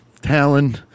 talon